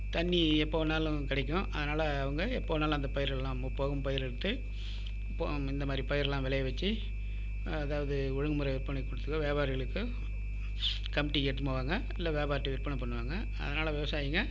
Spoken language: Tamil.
தண்ணி எப்போ வேண்ணாலும் கிடைக்கும் அதனால் அவங்க எப்போ வேண்ணாலும் அந்த பயிரெல்லாம் முப்போகம் பயிரிட்டு இந்தமாதிரி பயிரெல்லாம் விளைய வச்சு அதாவது ஒழுங்குமுறை விற்பனைக் கூடத்தில் வியாபாரிகளுக்கு கமிட்டிக்கு எடுத்துனு போவாங்க இல்லை வியாபாரிட்ட விற்பனை பண்ணுவாங்க அதனால் விவசாயிங்க